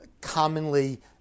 commonly